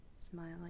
Smiling